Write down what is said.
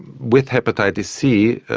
with hepatitis c,